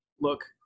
look